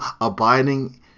abiding